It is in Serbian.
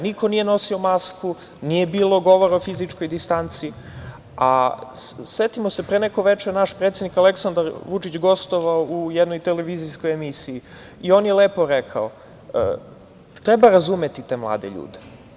Niko nije nosio masku, nije bilo govora o fizičkoj distanci, a setimo se, pre neko veče naš predsednik Aleksandar Vučić gostovao u jednoj televizijskoj emisiji i on je lepo rekao – treba razumeti te mlade ljude.